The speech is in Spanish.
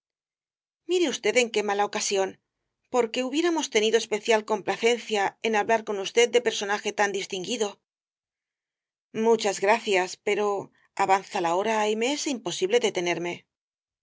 mire usted en qué mala ocasión porque hubiéramos tenido especial complacencia en hablar con usted de personaje tan distinguido muchas gracias pero avanza la hora y me es imposible detenerme